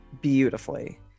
beautifully